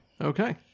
Okay